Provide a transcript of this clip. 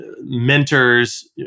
mentors